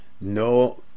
no